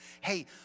Hey